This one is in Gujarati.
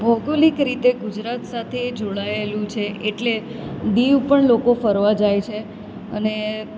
ભૌગોલિક રીતે ગુજરાત સાથે જોડાયેલું છે એટલે દીવ પણ લોકો ફરવા જાય છે અને